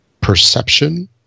Perception